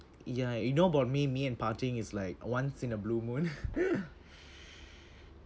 ya you know about me me and partying is like once in a blue moon